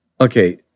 Okay